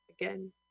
again